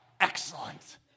excellent